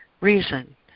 Reason